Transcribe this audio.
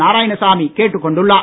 நாராயணசாமி கேட்டுக் கொண்டுள்ளார்